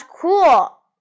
cool